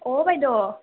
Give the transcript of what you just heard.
অঁ বাইদেউ